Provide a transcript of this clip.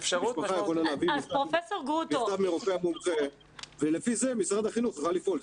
המשפחה יכולה להביא מכתב מהרופא המומחה ולפי זה משרד החינוך צריך לפעול.